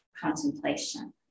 contemplation